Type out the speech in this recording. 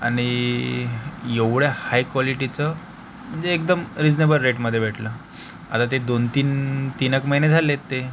आणि एवढ्या हाय क्वालिटीचं म्हणजे एकदम रीजनेबल रेटमधे भेटलं आता ते दोन तीन तीन एक महिने झालेत ते